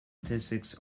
statistics